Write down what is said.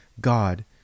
god